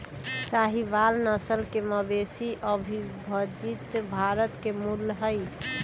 साहीवाल नस्ल के मवेशी अविभजित भारत के मूल हई